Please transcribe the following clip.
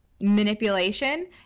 manipulation